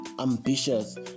ambitious